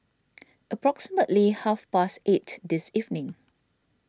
approximately half past eight this evening